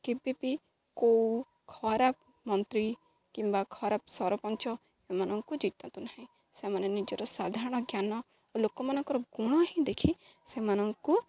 କେବେ ବିି କୋଉ ଖରାପ୍ ମନ୍ତ୍ରୀ କିମ୍ବା ଖରାପ୍ ସରପଞ୍ଚ ଏମାନଙ୍କୁ ଜିତାନ୍ତୁ ନାହିଁ ସେମାନେ ନିଜର ସାଧାରଣ ଜ୍ଞାନ ଓ ଲୋକମାନଙ୍କର ଗୁଣ ହିଁ ଦେଖି ସେମାନଙ୍କୁ